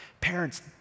Parents